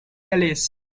alice